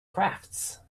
crafts